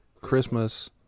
Christmas –